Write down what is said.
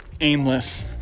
aimless